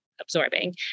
absorbing